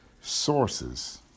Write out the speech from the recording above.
sources